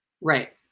Right